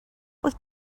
wyt